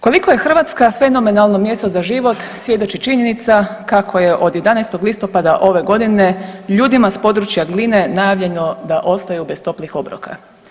Koliko je Hrvatska fenomenalno mjesto za život svjedoči činjenica kako je od 11. listopada ove godine ljudima s područja Gline najavljeno da ostaju bez toplih obroka.